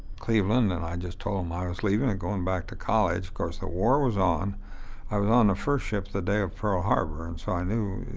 cleveland, and i just told them i was leaving and going back to college. of course, the war was on i was on the first ship the day of pearl harbor and so i knew,